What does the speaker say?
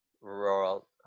rural